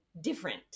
different